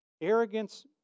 Arrogance